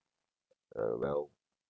err well